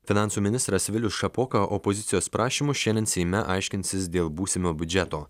finansų ministras vilius šapoka opozicijos prašymu šiandien seime aiškinsis dėl būsimo biudžeto